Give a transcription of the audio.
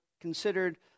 considered